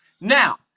now